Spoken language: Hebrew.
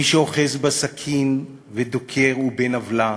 מי שאוחז בסכין ודוקר הוא בן-עוולה,